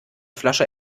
flasche